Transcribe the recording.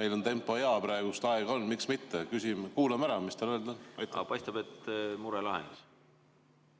meil on tempo hea praegu, aega on, miks mitte. Kuulame ära, mis tal öelda on. Aga paistab, et mure lahenes.